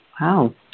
Wow